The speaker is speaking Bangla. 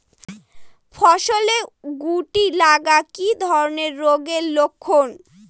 ফসলে শুটি লাগা কি ধরনের রোগের লক্ষণ?